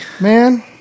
Man